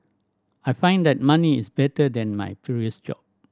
I find that money is better than my previous job